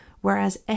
whereas